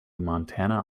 montana